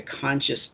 conscious